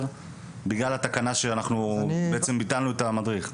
בגלל התקנה שאנחנו בעצם ביטלנו את המדריך?